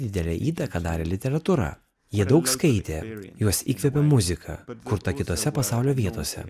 didelę įtaką darė literatūra jie daug skaitė juos įkvėpė muzika kurta kitose pasaulio vietose